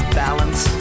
balance